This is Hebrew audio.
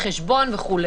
לרואי חשבון וכו'.